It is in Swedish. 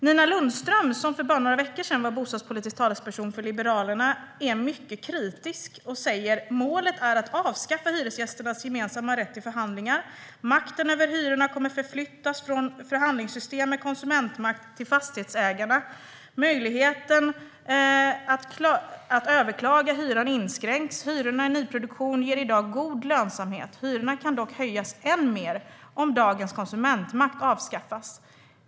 Nina Lundström, som för bara några veckor sedan var bostadspolitisk talesperson får Liberalerna, är mycket kritisk. Hon säger: Målet är att avskaffa hyresgästernas gemensamma rätt till förhandlingar. Makten över hyrorna kommer att förflyttas från förhandlingssystem med konsumentmakt till fastighetsägarna. Möjligheten att överklaga hyran inskränks. Hyrorna i nyproduktion ger i dag god lönsamhet. Hyrorna kan dock höjas än mer om dagens konsumentmakt avskaffas.